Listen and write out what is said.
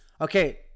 okay